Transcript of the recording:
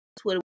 Twitter